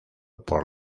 por